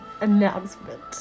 announcement